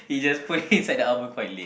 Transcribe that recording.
he just put it inside the oven quite late